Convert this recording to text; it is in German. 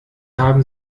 haben